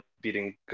beating